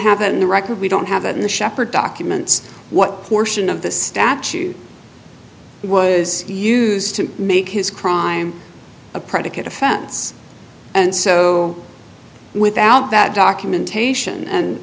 have in the record we don't have it in the sheppard documents what portion of the statute was used to make his crime a predicate offense and so without that documentation and